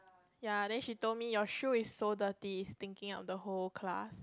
ya then she told me your shoe is so dirty it's stinking up the whole class